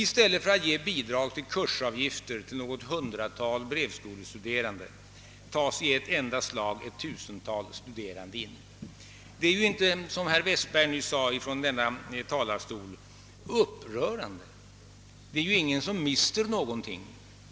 I stället för att ge bidrag till kursavgifterna till något hundratal brevskolestuderande tas i ett enda slag ett tusental studerande in. Detta är inte — som herr Westberg nyss sade från denna talarstol — upprörande. Ingen mister något.